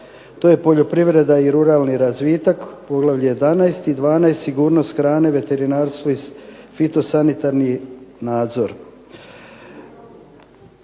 To je poljoprivreda i ruralni razvitak, poglavlje 11. i 12. - Sigurnost hrane, veterinarstvo i fitosanitarni nadzor.